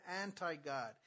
anti-God